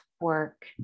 work